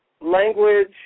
language